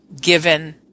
given